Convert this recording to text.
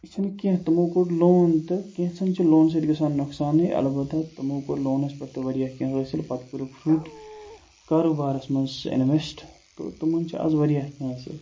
یہِ چھِنہٕ کیٚنٛہہ تِمو کوٚڑ لوٗن تہٕ کینٛژھن چھُ لوٗنہٕ سۭتۍ گژھان نۄقصانٕے البتہ تِمو کوٚر لونَس پٮ۪ٹھ تہِ واریاہ کیٚنٛہہ حٲصِل پَتہٕ کوٚرُکھ فرٛوٗٹ کاروبارَس منٛز اِنویٚسٹہٕ تہٕ تِمَن چھِ آز واریاہ کیٚنٛہہ حٲصِل